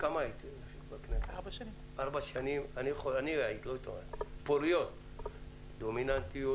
היו לאיילת ארבע שנים פוריות ודומיננטיות